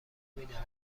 میدادن